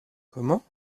comment